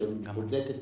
שבודק את